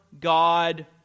God